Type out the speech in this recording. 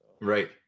right